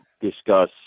discuss